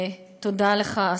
תודה לך,